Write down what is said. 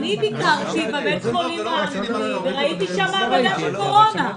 ביקרתי בבית החולים האנגלי וראיתי שם מעבדה של קורונה.